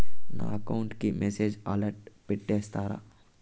నా అకౌంట్ కి message alert పెట్టిస్తారా